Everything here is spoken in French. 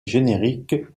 génériques